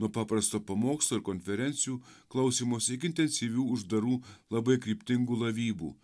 nuo paprasto pamokslo ir konferencijų klausymosi iki intensyvių uždarų labai kryptingų lavybų